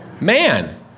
Man